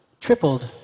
tripled